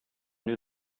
knew